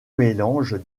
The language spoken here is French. mélangent